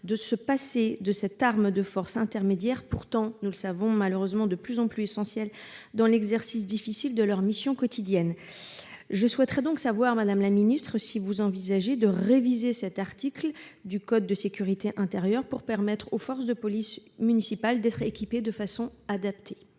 de se passer de cette arme de force intermédiaire pourtant de plus en plus essentielle dans l'exercice difficile de leurs missions quotidiennes. Je souhaiterais donc savoir, madame la ministre, si le Gouvernement envisage de réviser cet article du code de la sécurité intérieure pour permettre aux forces de police municipale d'être équipées de façon adaptée.